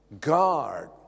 guard